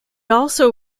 also